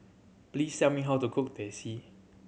please tell me how to cook Teh C